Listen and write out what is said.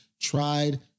tried